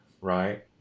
right